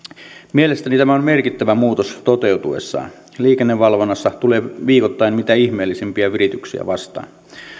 mielestäni tämä on merkittävä muutos toteutuessaan liikennevalvonnassa tulee viikoittain mitä ihmeellisimpiä virityksiä vastaan